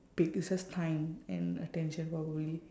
big it's just time and attention probably